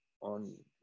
on